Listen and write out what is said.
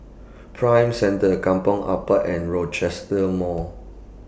Prime Centre Kampong Ampat and Rochester Mall